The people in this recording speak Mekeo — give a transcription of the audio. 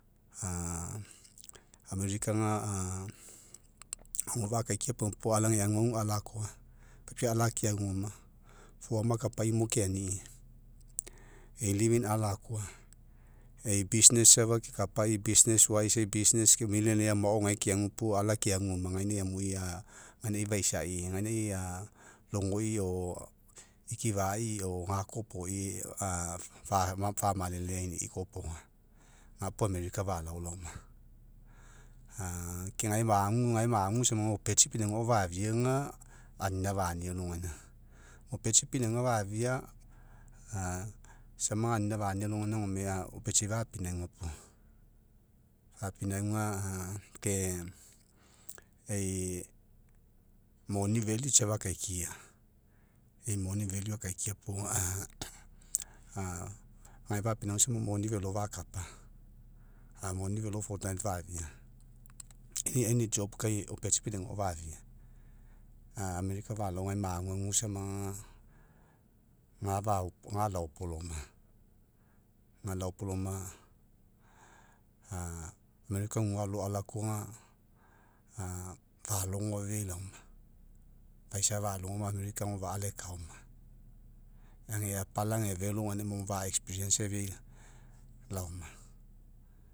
america aga agofa'a akaikia pauma po age aguagu alakoa, papiau ala keagu oma foama kapaimo ke ani ei alako'a, ei bisnes safa kekapai, bisnes ke mao gae ke agu puo ala keagu oma, gaina amui a gaina faisa, gaina lagoi o ikifai o gakopoga famaleleaini'i kopaga, gapo america falao laoma. ke gae magu, gae magu sama opetsi pinauga a'o fafia aga, anina fani alogaina, opetsi pinauga fafia sama anina fani alogaina gome opetsi ai fapinauga puo, fapinauga ke e'i moni safa akaikia, e'i moni safa akaikia, e'i moni akaikia puo gae fa pinauga sama moni velo fakapa, a moni velo fafi'a kai opetsi pinauga fafi'a america falao, gai maguagu ama ga faolopaga america gua alo alakoa falogo afeai laoma, faisa falogo america agofa'a alaekaoma age apala age felo fa afe ai laoma.